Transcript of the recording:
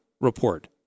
report